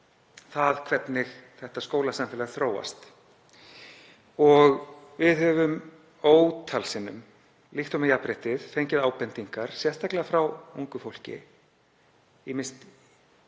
það hvernig þetta skólasamfélag þróast. Við höfum ótal sinnum, líkt og með jafnrétti, fengið ábendingar, sérstaklega frá ungu fólki,